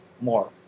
more